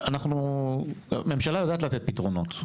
כשרוצים, הממשלה יודעת לתת פתרונות.